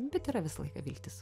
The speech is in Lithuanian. bet yra visą laiką viltis